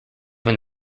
when